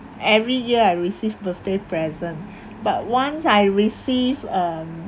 every year I receive birthday present but once I received um